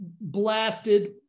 blasted